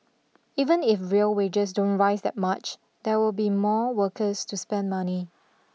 even if real wages don't rise that much there will be more workers to spend money